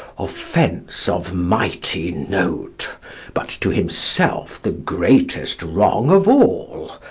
offence of mighty note but to himself the greatest wrong of all.